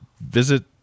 visit